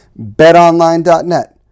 BetOnline.net